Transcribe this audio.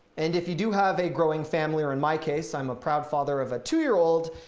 and if you do have a growing family or in my case, i'm a proud father of a two year old.